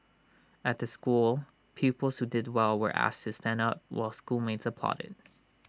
at the school pupils who did well were asked to stand up while schoolmates applauded